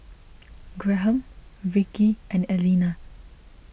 Graham Vickey and Elena